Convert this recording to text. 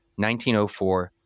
1904